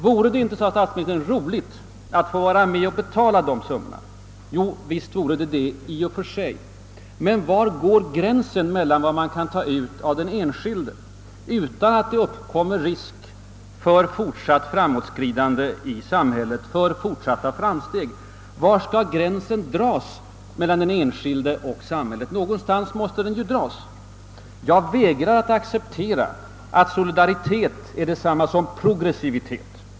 Vore det inte, sade statsministern, roligt att få vara med och betala dessa pengar. Jovisst, i och för sig! Men var går gränsen för vad man kan ta ut av den enskilde utan att det fortsatta framåtskridandet i samhället riskeras? Var skall gränsen mellan den enskilde och samhället dras? Någonstans måste den ju gå. Jag vägrar att acceptera att solidaritet är detsamma som progressivitet.